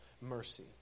mercy